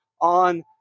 on